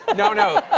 but no, no.